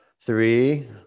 Three